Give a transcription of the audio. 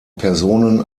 personen